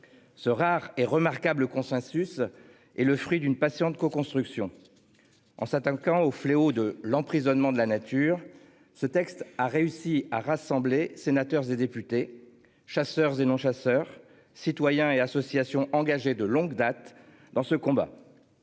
Ce rare et remarquable consensus est le fruit d'une patiente construction. En s'attaquant au fléau de l'emprisonnement de la nature. Ce texte a réussi à rassembler, sénateurs et députés chasseurs et non-chasseurs citoyens et associations, engagé de longue date dans ce combat.